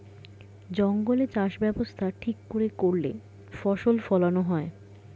জঙ্গলে চাষ ব্যবস্থা ঠিক করে করলে ফসল ফোলানো হয়